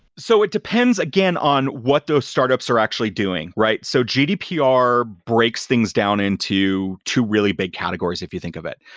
so it depends again on what those startups are actually doing, right so gdpr breaks things down into two really big categories if you think of it.